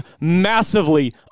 massively